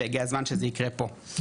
והגיע הזמן שזה יקרה פה.